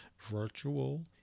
Virtual